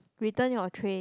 return your tray